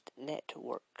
Network